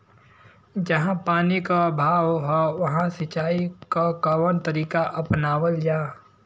जहाँ पानी क अभाव ह वहां सिंचाई क कवन तरीका अपनावल जा?